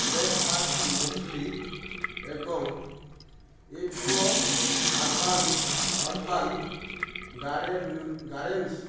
breakfast muesli ଏବଂ IFFCO urban urban garden gardens